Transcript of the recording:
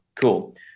cool